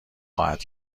خواهد